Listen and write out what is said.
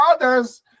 others